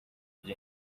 gihe